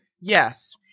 Yes